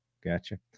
Gotcha